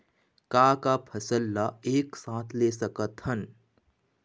का का फसल ला एक साथ ले सकत हन?